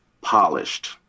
polished